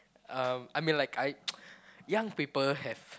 uh I mean like I young people have